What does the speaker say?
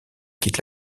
quitte